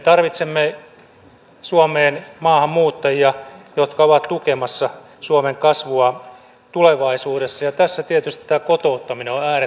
me tarvitsemme suomeen maahanmuuttajia jotka ovat tukemassa suomen kasvua tulevaisuudessa ja tässä tietysti tämä kotouttaminen on äärettömän tärkeää